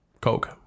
Coke